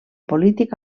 polític